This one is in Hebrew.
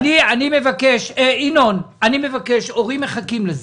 אני מבקש, הורים מחכים לזה,